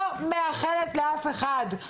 לא מאחלת לאף אחד.